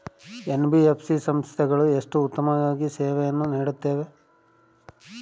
NBFC ಸಂಸ್ಥೆಗಳು ಎಷ್ಟು ಉತ್ತಮವಾಗಿ ಸೇವೆಯನ್ನು ನೇಡುತ್ತವೆ?